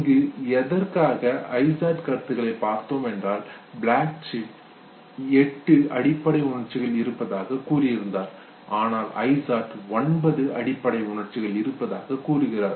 இங்கு எதற்காக ஐசார்ட் கருத்துக்களைப் பார்த்தோம் என்றால் ப்ளட்சிக் எட்டு அடிப்படை உணர்ச்சிகள் இருப்பதாக கூறியிருந்தார் ஆனால் ஐசார்ட் ஒன்பது அடிப்படை உணர்ச்சிகள் இருப்பதாக கூறுகிறார்